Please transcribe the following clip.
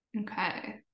Okay